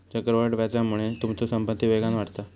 चक्रवाढ व्याजामुळे तुमचो संपत्ती वेगान वाढता